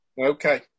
Okay